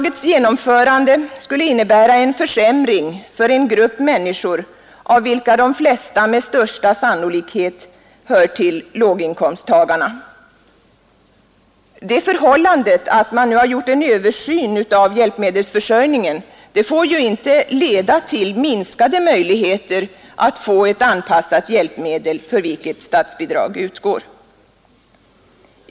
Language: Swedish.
Ett genomförande av förslaget skulle innebära en försämring för en grupp människor av vilka de flesta med största sannolikhet hör till låginkomsttagarna. Det förhållandet att man nu har gjort en översyn av hjälpmedelsförsörjningen får inte leda till minskade möjligheter att erhålla ett anpassat hjälpmedel för vilket statsbidrag utgår.